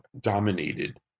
dominated